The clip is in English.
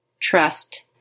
Trust